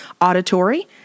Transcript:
Auditory